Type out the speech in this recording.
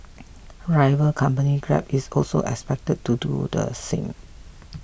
rival company Grab is also expected to do the same